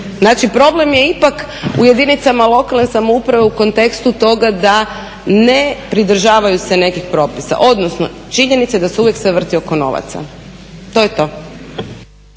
Znači problem je ipak u jedinicama lokalne samouprave u kontekstu toga da ne pridržavaju se nekih propisa, odnosno činjenica je da se uvijek sve vrti oko novaca. To je to.